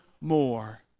more